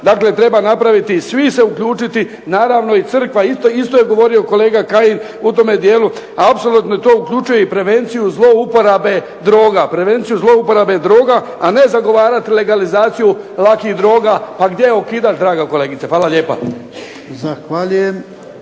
Dakle, treba napraviti i svi se uključiti, naravno i Crkva isto je govorio kolega Kajin u tome dijelu, a apsolutno tu uključuje i prevenciju zlouporabe droga, a ne zagovarati legalizaciju lakih droga, a gdje ukidati draga kolegice. Hvala lijepa.